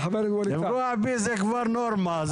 לפגוע בי זה כבר נורמה.